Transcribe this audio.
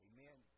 Amen